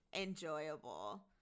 enjoyable